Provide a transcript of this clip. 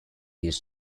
his